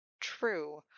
true